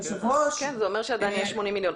זה אומר שעדיין יש 80 מיליון.